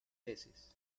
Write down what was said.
veces